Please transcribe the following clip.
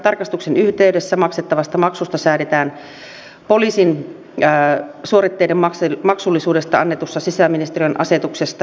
tarkastuksen yhteydessä maksettavasta maksusta säädetään poliisin suoritteiden maksullisuudesta annetussa sisäministeriön asetuksessa